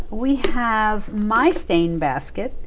we have my stain basket,